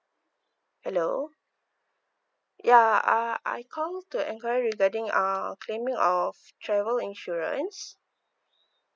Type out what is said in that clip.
hello ya uh I call to enquiry regarding uh claiming of travel insurance